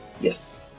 Yes